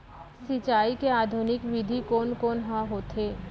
सिंचाई के आधुनिक विधि कोन कोन ह होथे?